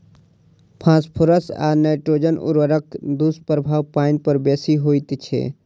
phosphorus आ nitrogen उर्वरकक दुष्प्रभाव पाइन पर बेसी होइत छै